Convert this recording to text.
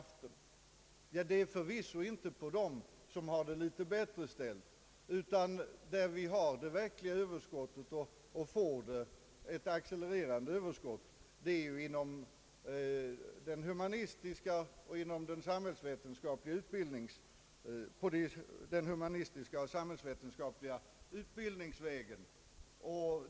Överskottet kommer förvisso inte bland dem som har det litet bättre ställt, utan där vi har det verkliga överskottet — och får det i framtiden i en accelererad takt — är inom det humanistiska och samhällsvetenskapliga utbildningsområdet.